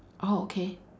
oh okay